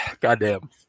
Goddamn